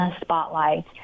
spotlight